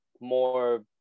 more